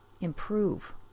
improve